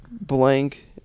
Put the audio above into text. Blank